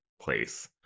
place